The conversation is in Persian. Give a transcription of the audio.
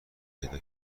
پیدا